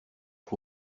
who